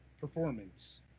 performance